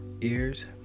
ears